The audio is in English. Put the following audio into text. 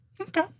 Okay